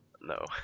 No